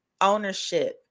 ownership